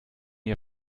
ihr